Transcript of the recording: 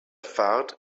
fahrt